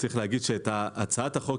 צריך להגיד שהצעת החוק,